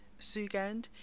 Sugand